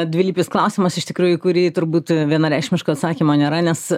dvilypis klausimas iš tikrųjų į kurį turbūt vienareikšmiško atsakymo nėra nes